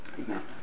Amen